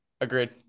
agreed